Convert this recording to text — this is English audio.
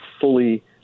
fully—